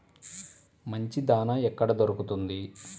మంచి దాణా ఎక్కడ దొరుకుతుంది?